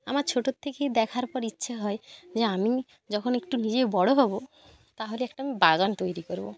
আমার ছোটর থেকেই দেখার পর ইচ্ছে হয় যে আমি যখন একটু নিজে বড় হব তাহলে একটা আমি বাগান তৈরি করব